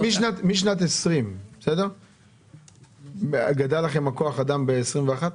משנת 2020 גדל לכם כוח האדם בשנת 2021?